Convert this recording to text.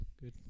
Good